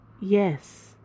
yes